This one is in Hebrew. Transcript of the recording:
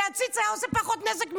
כי העציץ היה עושה פחות נזק ממנו,